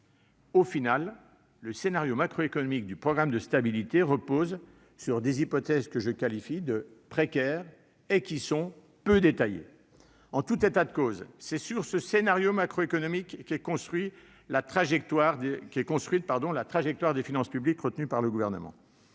Le scénario macroéconomique du programme de stabilité repose donc sur des hypothèses que je juge précaires et peu détaillées. En tout état de cause, c'est sur ce scénario macroéconomique qu'est construite la trajectoire des finances publiques retenue par le Gouvernement.